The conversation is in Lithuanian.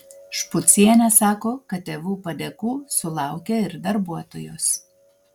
špucienė sako kad tėvų padėkų sulaukia ir darbuotojos